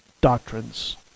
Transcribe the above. doctrines